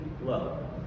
low